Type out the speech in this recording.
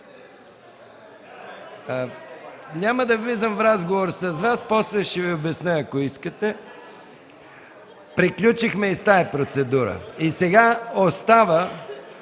Няма да влизам в разговор с Вас, после ще Ви обясня, ако искате. Приключихме и с тази процедура. Сега остава